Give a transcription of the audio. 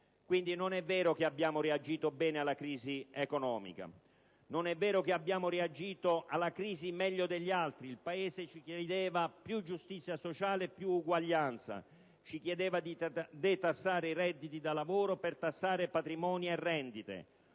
quindi, che abbiamo reagito bene alla crisi economica e non è vero che lo abbiamo fatto meglio di altri. Il Paese ci chiedeva più giustizia sociale e più uguaglianza; ci chiedeva di detassare i redditi da lavoro per tassare patrimoni e rendite.